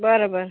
बरं बरं